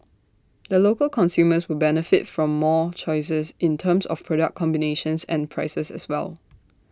the local consumers will benefit from more choice in terms of product combinations and prices as well